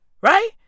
Right